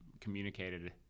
communicated